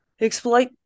exploit